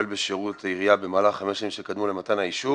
בשירות העירייה במהלך חמש שנים שקדמו למתן האישור